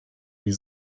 wie